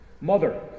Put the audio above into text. Mother